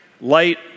light